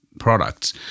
products